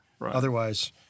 Otherwise